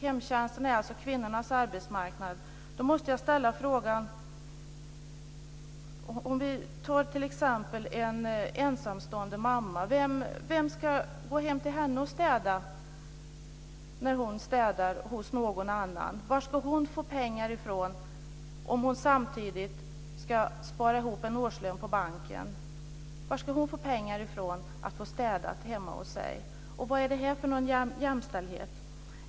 Hemtjänsten är alltså kvinnornas arbetsmarknad. Då måste jag ställa frågan: Vem ska gå hem till t.ex. en ensamstående mamma och städa när hon städar hos någon annan? Varifrån ska hon få pengar om hon samtidigt ska spara ihop en årslön på banken? Varifrån ska hon få pengar till att få städat hemma hos sig? Vad är det här för jämställdhet?